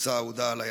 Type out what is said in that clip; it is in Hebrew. הקבוצה האהודה עליי,